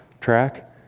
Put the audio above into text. track